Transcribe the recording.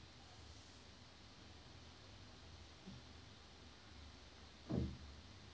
mm